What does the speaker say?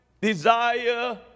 desire